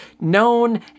known